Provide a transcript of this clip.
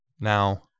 Now